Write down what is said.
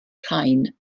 rhain